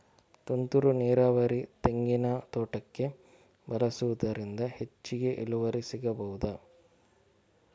ತುಂತುರು ನೀರಾವರಿ ತೆಂಗಿನ ತೋಟಕ್ಕೆ ಬಳಸುವುದರಿಂದ ಹೆಚ್ಚಿಗೆ ಇಳುವರಿ ಸಿಕ್ಕಬಹುದ?